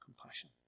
compassion